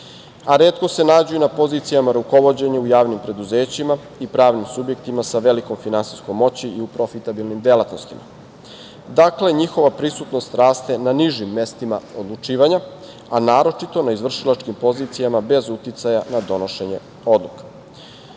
a retko se nađu i na pozicijama rukovođenja u javnim preduzećima i pravnim subjektima sa velikom finansijskom moći i u profitabilnim delatnostima. Dakle, njihova prisutnost raste na nižim mestima odlučivanja, a naročito na izvršilačkim pozicijama bez uticaja na donošenje